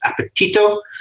Appetito